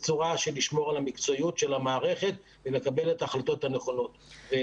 בצורה שתשמור על המקצועיות של המערכת ולקבל את החלטות הנכונות,